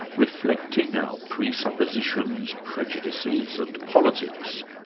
reflecting our presuppositions, prejudices, and politics.